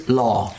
law